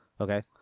Okay